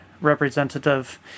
representative